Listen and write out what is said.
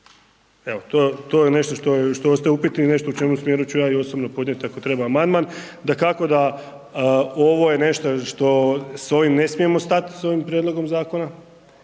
Evo, to je nešto što ostaje upitno i u čijem smjeru ću ja i osobno podnijeti ako treba amandman. Dakako, da ovo je nešto što, s ovim ne smijemo stat s ovim prijedlogom zakona,